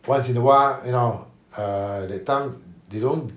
once in while you know uh that time they don't